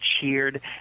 cheered